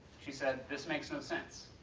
she said this makes no sense.